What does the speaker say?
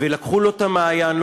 ולקחו לו את המעיין,